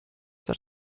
that